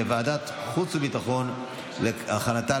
לוועדת החוץ והביטחון נתקבלה.